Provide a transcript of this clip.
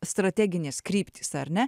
strateginės kryptys ar ne